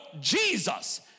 jesus